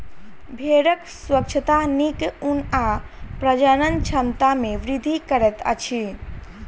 भेड़क स्वच्छता नीक ऊन आ प्रजनन क्षमता में वृद्धि करैत अछि